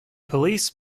police